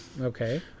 Okay